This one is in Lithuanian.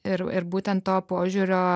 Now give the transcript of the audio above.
ir ir būtent to požiūrio